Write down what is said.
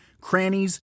crannies